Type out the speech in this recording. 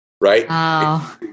right